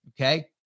Okay